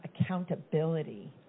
accountability